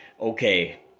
okay